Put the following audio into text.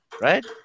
Right